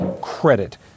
credit